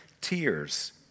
tears